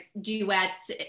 duets